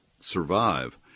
survive